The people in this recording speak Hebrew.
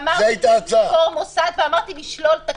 אמרתי: לשלול תקציב.